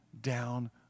down